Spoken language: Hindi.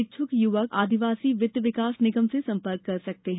इच्छुक युवक आदिवासी वित्त विकास निगम से सम्पर्क कर सकते हैं